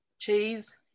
Cheese